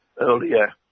earlier